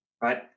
right